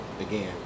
again